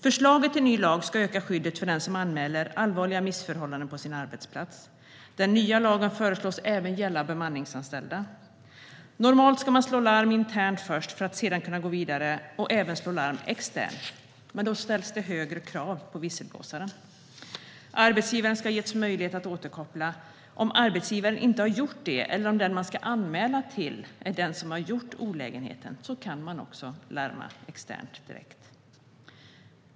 Förslaget till ny lag ska öka skyddet för den som anmäler allvarliga missförhållanden på sin arbetsplats. Den nya lagen föreslås gälla även bemanningsanställda. Normalt ska man slå larm internt först. För att sedan kunna gå vidare och även slå larm externt ställs det högre krav på visselblåsaren. Arbetsgivaren ska ha getts möjlighet att återkoppla. Om arbetsgivaren inte har gjort det, eller om den som man ska anmäla till är den som har orsakat olägenheten, kan man larma externt direkt.